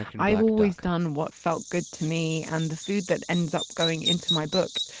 i've always done what felt good to me. and the food that ends up going into my book,